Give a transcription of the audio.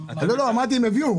אמרתי הם יביאו.